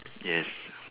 yes